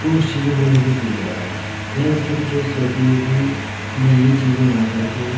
तो उन चीज़ों को लेकर जुट जाता है कहीं बच्चों की चॉइस रहती है कि मैं ये चीज़ें ना करके